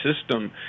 system